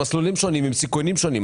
אלה מסלולים שונים עם סיכונים שונים.